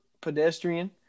pedestrian